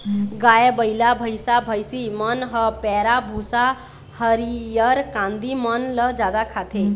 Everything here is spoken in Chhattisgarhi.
गाय, बइला, भइसा, भइसी मन ह पैरा, भूसा, हरियर कांदी मन ल जादा खाथे